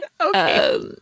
Okay